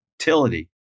utility